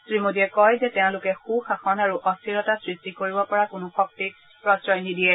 শ্ৰীমোদীয়ে কয় যে তেওঁলোকে সু শাসন আৰু অস্থিৰতা সৃষ্টি কৰিব পৰা কোনো শক্তিক প্ৰশ্ৰয় নিদিয়ে